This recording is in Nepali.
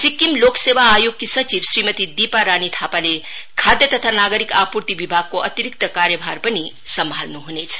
सिक्किम लोक सेवा आयोगकी सचिव श्रीमती दिपा रानी थापाले खाद्य तथा नागरिक आपूर्ति विभागको अतिरिक्त कार्यभार पनि सम्हाल्नु हुनेछ